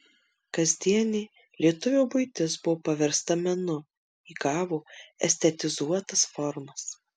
kasdienė lietuvio buitis buvo paversta menu įgavo estetizuotas formas